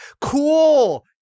Cool